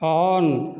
on